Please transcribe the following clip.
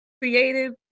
creative